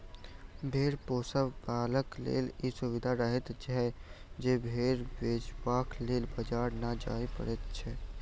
भेंड़ पोसयबलाक लेल ई सुविधा रहैत छै जे भेंड़ बेचबाक लेल बाजार नै जाय पड़ैत छै